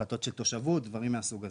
החלטות של תושבות, דברים מהסוג הזה.